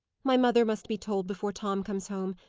my mother must be told before tom comes home.